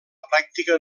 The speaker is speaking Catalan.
pràctica